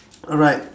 alright